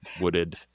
wooded